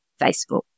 Facebook